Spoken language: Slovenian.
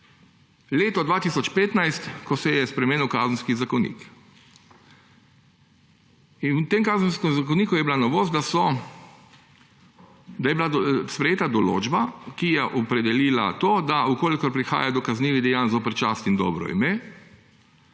leto 2015, ko se je spremenil Kazenski zakonik. In v tem Kazenskem zakoniku je bila novost, da je bila sprejeta določba, ki je opredelila to, da če prihaja do kaznivih dejanj zoper čast in dobro ime,